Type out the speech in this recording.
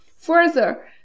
Further